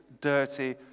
dirty